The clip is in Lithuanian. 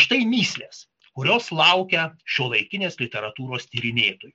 štai mįslės kurios laukia šiuolaikinės literatūros tyrinėtojų